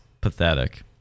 pathetic